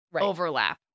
overlap